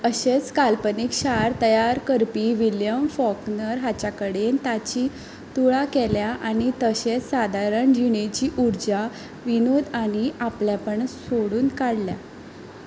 अशेंच काल्पनीक शार तयार करपी विल्यम फॉकनर हाच्या कडेन ताची तुळा केल्या आनी तशेंच सादारण जिणेची उर्जा विनोद आनी आपल्यापण सोडून काडल्या